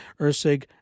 Ursig